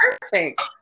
perfect